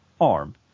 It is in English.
arm